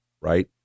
right